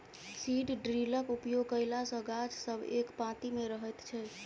seed ड्रिलक उपयोग कयला सॅ गाछ सब एक पाँती मे रहैत छै